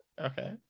Okay